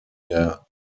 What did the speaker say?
der